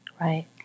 Right